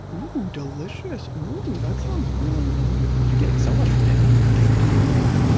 ooh, delicious ooh. that sounds really good you're getting so much from hannah thank you.